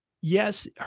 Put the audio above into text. Yes